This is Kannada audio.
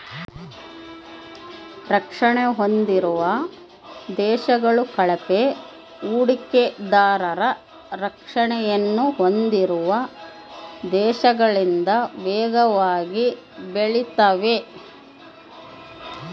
ರಕ್ಷಣೆ ಹೊಂದಿರುವ ದೇಶಗಳು ಕಳಪೆ ಹೂಡಿಕೆದಾರರ ರಕ್ಷಣೆಯನ್ನು ಹೊಂದಿರುವ ದೇಶಗಳಿಗಿಂತ ವೇಗವಾಗಿ ಬೆಳೆತಾವೆ